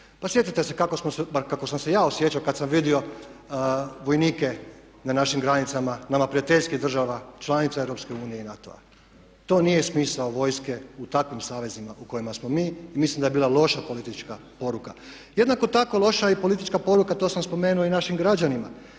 se, bar kako sam se ja osjećao kada sam vidio vojnike na našim granicama nama prijateljskim državama članicama Europske unije i NATO-a, to nije smisao vojske u takvim savezima u kojima smo mi i mislim da je bila loša politička poruka. Jednako tako loša je i politička poruka, to sam spomenuo i našim građanima